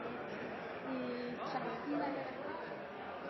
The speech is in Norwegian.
vi da